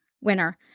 winner